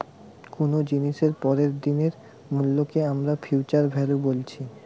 কুনো জিনিসের পরের দিনের মূল্যকে আমরা ফিউচার ভ্যালু বলছি